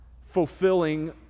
fulfilling